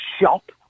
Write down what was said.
shop